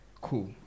cool